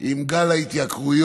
עם גל ההתייקרויות